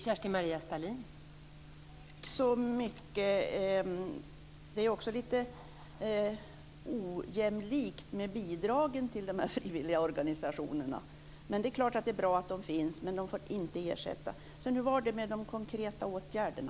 Fru talman! Det är också lite ojämlikt med bidragen till frivilligorganisationerna. Det är naturligtvis bra att de finns, men de får inte bli någon ersättning. Hur var det med de konkreta åtgärderna?